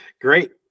Great